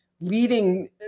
leading